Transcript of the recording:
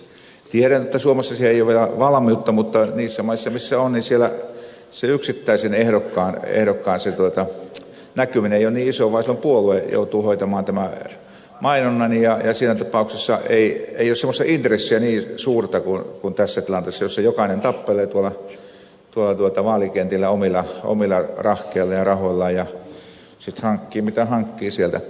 tiedän että suomessa siihen ei ole vielä valmiutta mutta niissä maissa missä on yksittäisen ehdokkaan näkyminen ei ole niin isoa vaan silloin puolue joutuu hoitamaan mainonnan ja siinä tapauksessa ei ole semmoista intressiä niin suurta kuin tässä tilanteessa jossa jokainen tappelee tuolla vaalikentillä omilla rahkeillaan ja rahoillaan ja sitten hankkii mitä hankkii sieltä